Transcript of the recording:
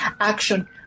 action